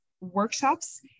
workshops